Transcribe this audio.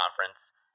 conference